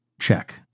Check